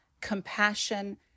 compassion